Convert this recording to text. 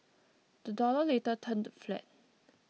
the dollar later turned flat